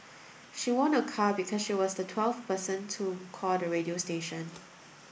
she won a car because she was the twelfth person to call the radio station